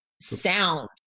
sound